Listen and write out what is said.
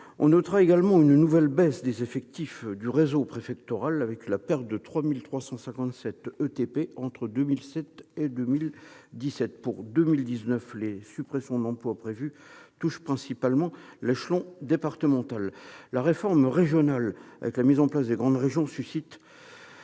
On constatera également une nouvelle baisse des effectifs du réseau préfectoral, avec la perte de 3 357 ETP entre 2007 et 2017. Pour 2019, les suppressions d'emplois prévues touchent principalement l'échelon départemental. La réforme régionale avec la mise en place des grandes régions suscite